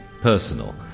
personal